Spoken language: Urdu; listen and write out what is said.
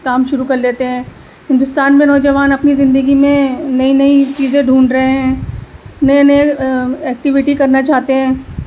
کام شروع کر لیتے ہیں ہندوستان میں نوجوان اپنی زندگی میں نئی نئی چیزیں ڈھونڈ رہے ہیں نئی نئی اکٹیویٹی کرنا چاہتے ہیں